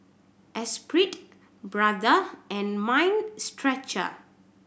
Espirit Brother and Mind Stretcher